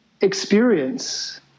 experience